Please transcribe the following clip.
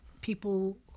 people